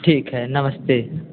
ठीक है नमस्ते